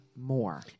more